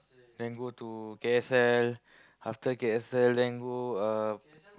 then go to K_S_L after K_S_L then go uh